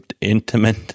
intimate